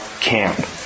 camp